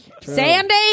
Sandy